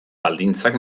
baldintzak